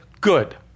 good